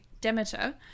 Demeter